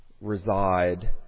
reside